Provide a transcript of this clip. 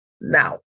now